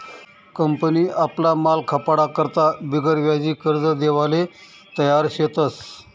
company आपला माल खपाडा करता बिगरव्याजी कर्ज देवाले तयार शेतस